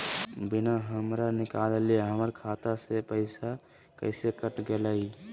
बिना हमरा निकालले, हमर खाता से पैसा कैसे कट गेलई?